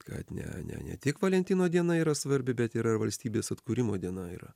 kad ne ne ne tik valentino diena yra svarbi bet ir valstybės atkūrimo diena yra